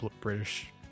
British